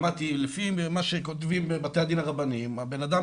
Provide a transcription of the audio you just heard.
אמרתי לפי מה שכותבים בבתי הדין הרבניים הבן אדם